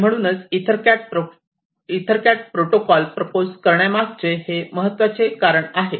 आणि म्हणूनच EtherCAT protocol propose करण्यामागे हे महत्त्वाचे कारण आहे